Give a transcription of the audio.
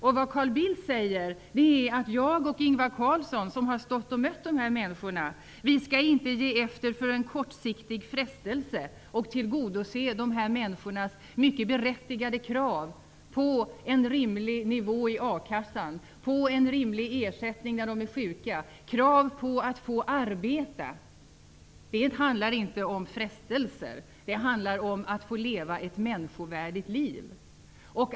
Det Carl Bildt säger är att jag och Ingvar Carlsson, som har mött de här människorna, inte skall ge efter för en kortsiktig frestelse och tillgodose de här människornas mycket berättigade krav på en rimlig nivå i a-kassan, på en rimlig ersättning när de är sjuka och krav på att få arbeta. Det handlar inte om frestelser, det handlar om att få leva ett människovärdigt liv.